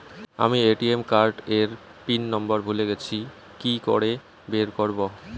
আমি ATM card এর pin number ভুলে গেছি কি করে বের করব?